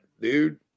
dude